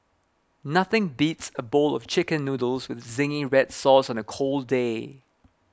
nothing beats a bowl of Chicken Noodles with Zingy Red Sauce on a cold day